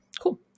Cool